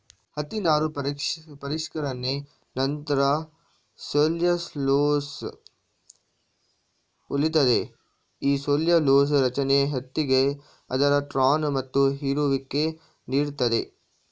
ಹತ್ತಿ ನಾರು ಪರಿಷ್ಕರಣೆ ನಂತ್ರ ಸೆಲ್ಲ್ಯುಲೊಸ್ ಉಳಿತದೆ ಈ ಸೆಲ್ಲ್ಯುಲೊಸ ರಚನೆ ಹತ್ತಿಗೆ ಅದರ ತ್ರಾಣ ಮತ್ತು ಹೀರುವಿಕೆ ನೀಡ್ತದೆ